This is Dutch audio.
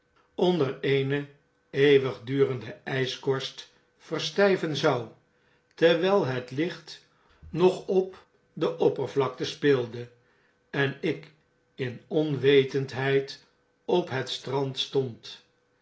onder eene eeuwigdurende pkorst verstjjven zou terwjjl het licht nog op de oppervlakte speelde en ik in onwetendneid op het strand stond